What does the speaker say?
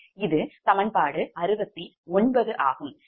இது சமன்பாடு 69 ஆகும்